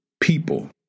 people